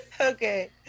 okay